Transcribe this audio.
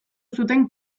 zuten